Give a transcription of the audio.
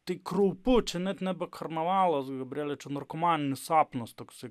tai kraupu čia net nebe karnavalas gabriele čia narkomaninis sapnas toksai